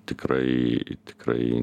tikrai tikrai